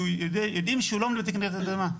הוא לא עומד בפני רעדות אדמה.